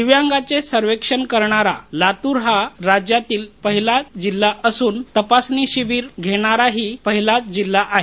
दिव्यांगांचे सर्वेक्षण करणारा लातूर हा राज्यातील पहिला जिल्हा असून तपासणी शिबिर घेणाराही पहिलाच जिल्हा आहे